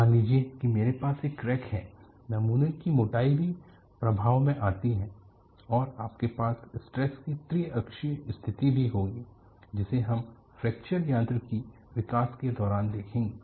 मान लीजिए कि मेरे पास एक क्रैक है नमूने की मोटाई भी प्रभाव में आती है और आपके पास स्ट्रेस की त्रिअक्षीय स्थिति भी होगी जिसे हम फ्रैक्चर यांत्रिकी विकास के दौरान देखेंगे